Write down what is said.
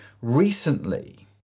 recently